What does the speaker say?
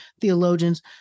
theologians